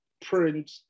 print